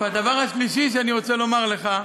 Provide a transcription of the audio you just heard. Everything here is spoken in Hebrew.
והדבר השלישי שאני רוצה לומר לך: